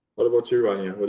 what about you rania?